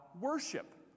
worship